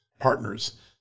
partners